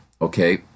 Okay